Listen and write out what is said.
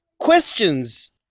questions